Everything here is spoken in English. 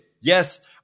Yes